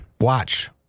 Watch